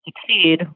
succeed